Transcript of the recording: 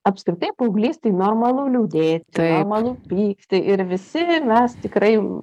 apskritai paauglystėj normalu liūdėti normalu pykti ir visi mes tikrai